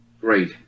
great